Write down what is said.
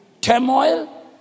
Turmoil